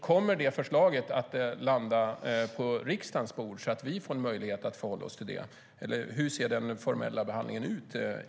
Kommer det förslaget att landa på riksdagens bord så att vi får möjlighet att förhålla oss till det? Hur ser egentligen den formella behandlingen ut?